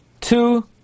Two